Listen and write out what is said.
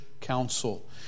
council